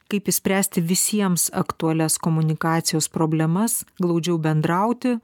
kaip išspręsti visiems aktualias komunikacijos problemas glaudžiau bendrauti